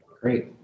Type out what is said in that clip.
Great